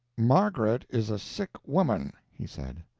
margaret is a sick woman, he said.